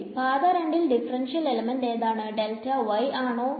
ശെരി പാത 2 ൽ ഡിഫറെൻറഷ്യൽ എലമെന്റ് ഏതാണ് ആണോ